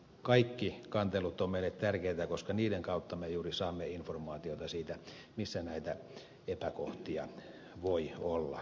kaikki kantelut ovat meille tärkeitä koska niiden kautta me juuri saamme informaatiota siitä missä näitä epäkohtia voi olla